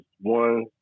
one